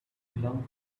belong